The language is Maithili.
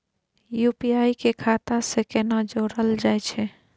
यु.पी.आई के खाता सं केना जोरल जाए छै?